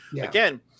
again